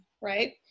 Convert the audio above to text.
right